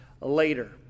Later